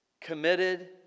committed